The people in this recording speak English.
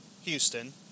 Houston